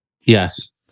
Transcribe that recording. Yes